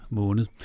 måned